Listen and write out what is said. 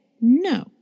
no